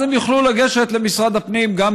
אז הם יוכלו לגשת למשרד הפנים גם